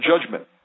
judgment